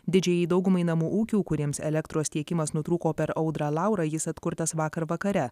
didžiajai daugumai namų ūkių kuriems elektros tiekimas nutrūko per audrą laurą jis atkurtas vakar vakare